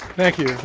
thank you.